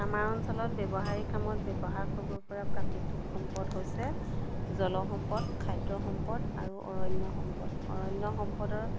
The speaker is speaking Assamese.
আমাৰ অঞ্চলত ব্যৱহাৰিক কামত ব্যৱহাৰ কৰিব পৰা প্ৰাকৃতিক সম্পদ হৈছে জলসম্পদ খাদ্য সম্পদ আৰু অৰণ্য সম্পদ অৰণ্য সম্পদৰ